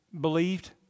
believed